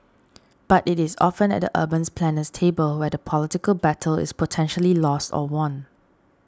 but it is often at the urban planner's table where the political battle is potentially lost or won